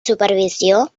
supervisió